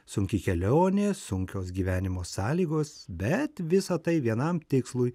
sunki kelionė sunkios gyvenimo sąlygos bet visa tai vienam tikslui